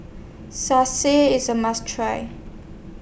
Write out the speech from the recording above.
Salsa IS A must Try